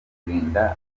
kurinda